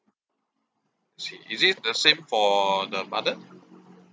I see is it the same for the mother